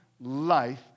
life